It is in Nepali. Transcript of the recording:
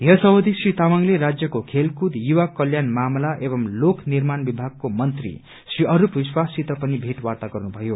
यस अवधि श्री तामाङले राज्यको खेलकूद युवा कल्याण मामला एवं लोक निर्माण विभागको मन्त्री श्री अस्लप विश्वाससित पनि भेटवार्ता गर्नुभयो